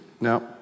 Now